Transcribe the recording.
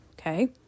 Okay